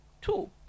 Two